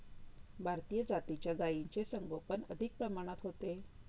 भारतीय जातीच्या गायींचे संगोपन अधिक प्रमाणात होते